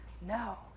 No